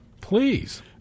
Please